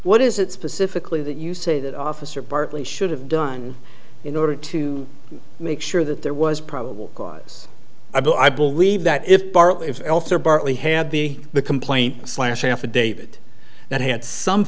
what is it specifically that you say that officer bartley should have done in order to make sure that there was probable cause i believe that if bartlett also bartley had the the complaint slash affidavit that had some